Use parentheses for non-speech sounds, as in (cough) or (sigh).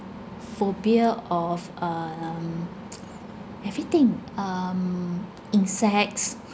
phobia of um (noise) everything um insects (laughs)